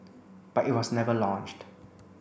but it was never launched